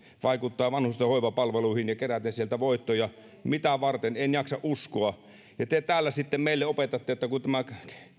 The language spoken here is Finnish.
vaikuttaa vanhusten hoivapalveluihin keräten sieltä voittoja mitä varten en jaksa uskoa ja te täällä sitten meille opetatte että tämä